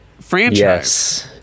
franchise